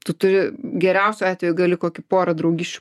tu turi geriausiu atveju gali kokį porą draugysčių